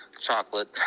Chocolate